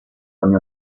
ogni